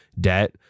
debt